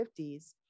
1950s